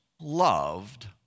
loved